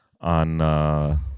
on